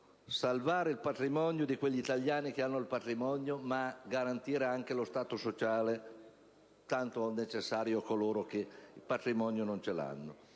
salvare il patrimonio degli italiani che lo hanno, ma garantire anche lo Stato sociale, tanto necessario a coloro che il patrimonio non ce l'hanno.